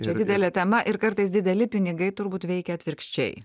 čia didelė tema ir kartais dideli pinigai turbūt veikia atvirkščiai